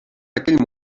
d’aquell